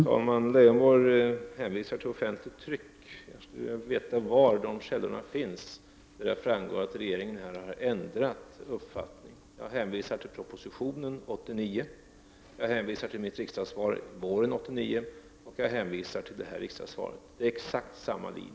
Herr talman! Lars Leijonborg hänvisar till offentligt tryck. Jag skulle vilja veta var källorna till påståendet att regeringen har ändrat uppfattning finns. Jag hänvisar till 1989 års proposition, till mitt svar i riksdagen våren 1989 och till det nu avgivna svaret. Det är exakt samma linje.